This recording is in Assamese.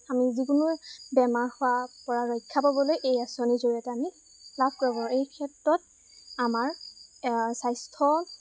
আমি যিকোনো বেমাৰ হোৱাৰপৰা ৰক্ষা পাবলৈ এই আঁচনিৰ জৰিয়তে আমি লাভ কৰিব পাৰোঁ এই ক্ষেত্ৰত আমাৰ স্বাস্থ্য